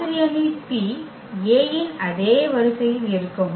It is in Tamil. மாதிரி அணி P A இன் அதே வரிசையில் இருக்கும்